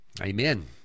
Amen